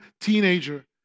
teenager